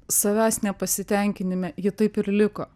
savęs nepasitenkinime ji taip ir liko